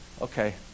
Okay